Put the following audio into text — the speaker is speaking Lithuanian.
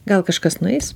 gal kažkas nueis